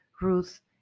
Ruth